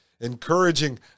encouraging